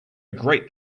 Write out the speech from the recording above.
great